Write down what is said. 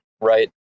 right